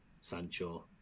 Sancho